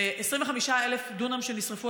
ו-25,000 דונם שנשרפו,